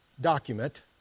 document